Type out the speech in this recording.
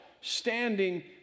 standing